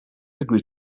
agree